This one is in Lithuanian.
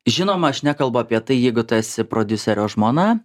žinoma aš nekalbu apie tai jeigu tu esi prodiuserio žmona